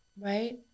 right